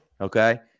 Okay